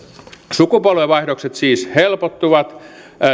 sukupolvenvaihdokset siis helpottuvat